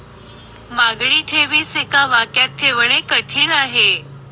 मागणी ठेवीस एका वाक्यात ठेवणे कठीण आहे